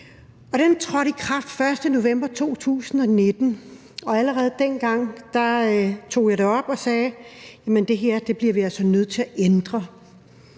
den trådte i kraft den 1. november 2019, og allerede dengang tog jeg det op og sagde, at det her bliver vi altså nødt til at ændre.